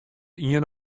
ien